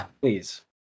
please